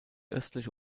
östliche